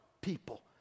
people